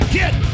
get